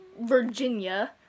Virginia